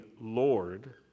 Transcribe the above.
Lord